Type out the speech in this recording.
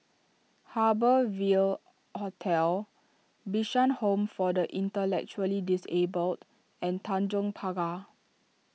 Harbour Ville Hotel Bishan Home for the Intellectually Disabled and Tanjong Pagar